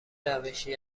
روشی